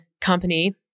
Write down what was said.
company